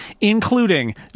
including